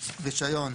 "רישיון"